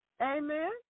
Amen